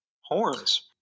horns